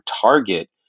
target